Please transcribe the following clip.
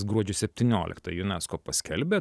gruodžio septynioliktą unesco paskelbė